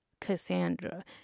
cassandra